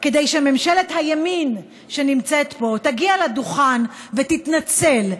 שממשלת הימין שנמצאת פה תגיע לדוכן ותתנצל,